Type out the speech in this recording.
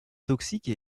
toxique